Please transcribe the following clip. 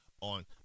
on